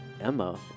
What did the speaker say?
Emma